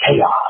chaos